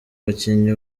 bakinnyi